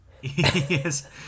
Yes